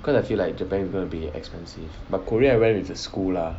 cause I feel like japan is gonna be expensive but korea I went with the school lah